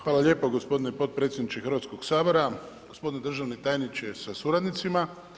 Hvala lijepo gospodine potpredsjedniče Hrvatskoga sabora, gospodine državni tajniče sa suradnicima.